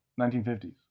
1950s